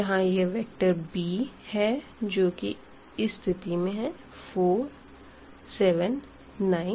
यहाँ यह vector b है जो कि इस स्थिति में 4 7 9 है